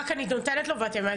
רק אני נותנת לו ואז אתם,